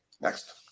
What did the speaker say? Next